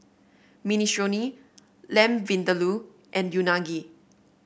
Minestrone Lamb Vindaloo and Unagi